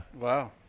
Wow